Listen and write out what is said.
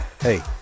Hey